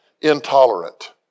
intolerant